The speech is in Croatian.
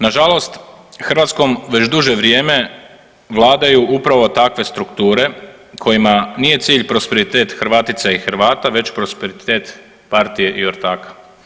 Nažalost Hrvatskom već duže vrijeme vladaju upravo takve strukture kojima nije cilj prosperitet Hrvatica i Hrvata već prosperitet partije i ortaka.